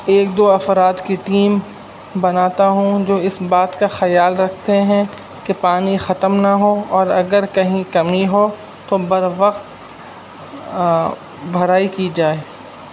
ایک دو افراد کی ٹیم بناتا ہوں جو اس بات کا خیال رکھتے ہیں کہ پانی ختم نہ ہو اور اگر کہیں کمی ہو تو بر وقت بھرائی کی جائے